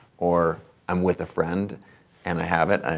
or i'm with a friend and i have it,